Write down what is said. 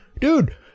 dude